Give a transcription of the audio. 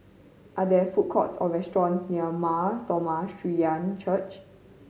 are there food courts or restaurants near Mar Thoma Syrian Church